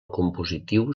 compositiu